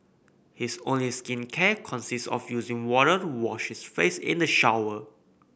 his only skincare consist of using water to wash his face in the shower